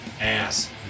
ass